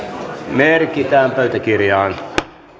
merkitään pöytäkirjaan